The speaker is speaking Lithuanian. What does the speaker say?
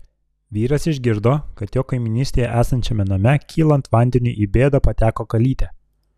vyras išgirdo kad jo kaimynystėje esančiame name kylant vandeniui į bėdą pateko kalytė